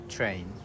Train